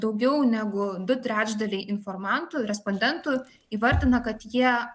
daugiau negu du trečdaliai informantų respondentų įvardina kad jie